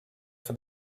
for